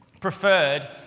preferred